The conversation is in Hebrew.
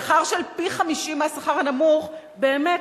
שכר של פי-50 מהשכר הנמוך באמת,